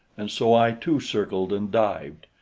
and so i too circled and dived.